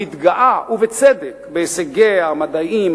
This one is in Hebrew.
המתגאה ובצדק בהישגיה המדעיים,